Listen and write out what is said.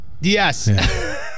Yes